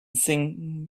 singing